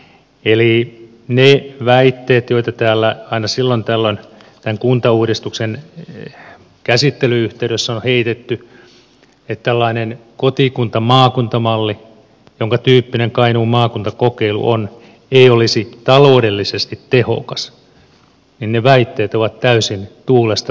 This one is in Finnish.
eli ne väitteet joita täällä aina silloin tällöin tämän kuntauudistuksen käsittelyn yhteydessä on heitetty että tällainen kotikuntamaakunta malli jonkatyyppinen kainuun maakuntakokeilu on ei olisi taloudellisesti tehokas ovat täysin tuulesta temmattuja